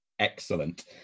Excellent